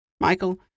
Michael